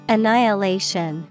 Annihilation